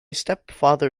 stepfather